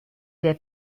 der